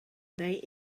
they